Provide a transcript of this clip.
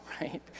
right